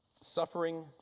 suffering